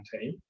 team